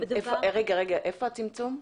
איפה הצמצום?